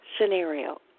scenario